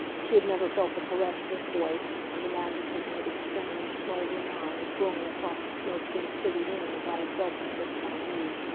she had never felt the caress of his voice, or the magnetism of his strange, smoldering eyes glowing across the smoke-dimmed city room as i had felt them fixed on me.